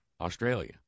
Australia